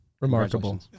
Remarkable